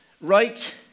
right